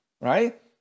right